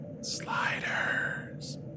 sliders